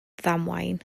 ddamwain